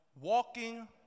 walking